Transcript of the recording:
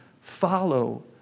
follow